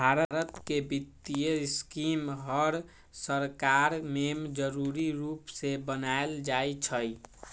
भारत के वित्तीय स्कीम हर सरकार में जरूरी रूप से बनाएल जाई छई